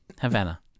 Havana